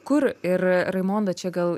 kur ir raimonda čia gal